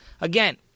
Again